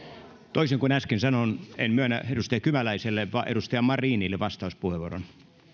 toisin kuin äsken sanoin en myönnä vastauspuheenvuoroa edustaja kymäläiselle vaan edustaja marinille